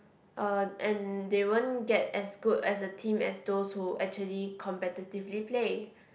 uh and they won't get as good as a team as those who actually competitively play